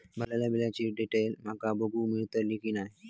भरलेल्या बिलाची डिटेल माका बघूक मेलटली की नाय?